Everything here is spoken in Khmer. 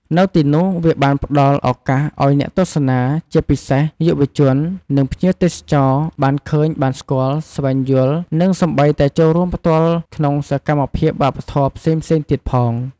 នៅទីនោះវាបានផ្តល់ឱកាសឲ្យអ្នកទស្សនា ជាពិសេសយុវជន និងភ្ញៀវទេសចរណ៍ បានឃើញ បានស្គាល់ ស្វែងយល់ និងសូម្បីតែចូលរួមផ្ទាល់ក្នុងសកម្មភាពវប្បធម៌ផ្សេងៗទៀតផង។